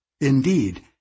Indeed